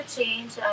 change